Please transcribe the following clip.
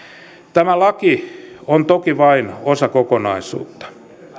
tämä laki on toki vain osa kokonaisuutta